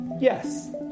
Yes